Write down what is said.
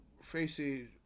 facing